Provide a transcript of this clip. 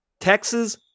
Texas